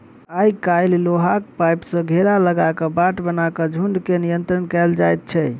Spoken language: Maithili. आइ काल्हि लोहाक पाइप सॅ घेरा लगा क बाट बना क झुंड के नियंत्रण कयल जाइत छै